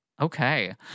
okay